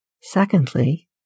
Secondly